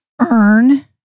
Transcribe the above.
earn